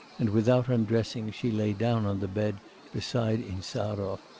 and, without undressing, she lay down on the bed beside insarov,